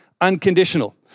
unconditional